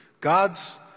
God's